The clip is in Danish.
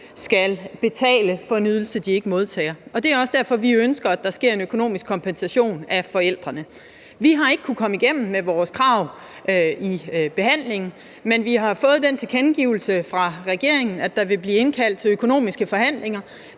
skal betale for en ydelse, de ikke modtager. Det er derfor, vi ønsker, at der sker en økonomisk kompensation af forældrene. Vi har ikke kunnet komme igennem med vores krav i behandlingen, men vi har fået den tilkendegivelse fra regeringen, at der vil blive indkaldt til økonomiske forhandlinger,